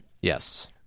Yes